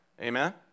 Amen